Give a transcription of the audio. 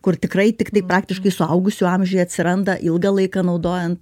kur tikrai tiktai praktiškai suaugusių amžiuje atsiranda ilgą laiką naudojant